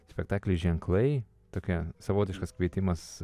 spektaklis ženklai tokia savotiškas kvietimas